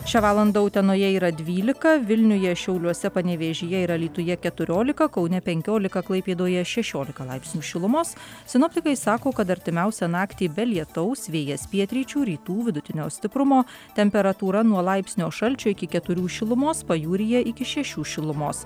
šią valandą utenoje yra dvylika vilniuje šiauliuose panevėžyje ir alytuje keturiolika kaune penkiolika klaipėdoje šešiolika laipsnių šilumos sinoptikai sako kad artimiausią naktį be lietaus vėjas pietryčių rytų vidutinio stiprumo temperatūra nuo laipsnio šalčio iki keturių šilumos pajūryje iki šešių šilumos